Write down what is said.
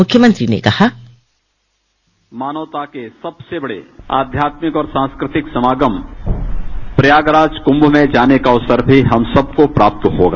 मुख्यमंत्री ने कहा मानवता के सबसे बड़े अध्यात्मिक और सांस्कृतिक समागम प्रयागराज कुम्म में जाने का अवसर भी हम सबको प्राप्त होगा